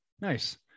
Nice